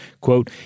Quote